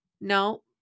no